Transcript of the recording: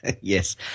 Yes